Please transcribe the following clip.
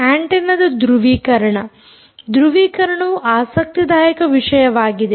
antenna ಧೃವೀಕರಣ ಧೃವೀಕರಣವು ಆಸಕ್ತಿದಾಯಕ ವಿಷಯವಾಗಿದೆ